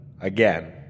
Again